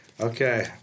Okay